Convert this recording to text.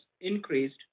increased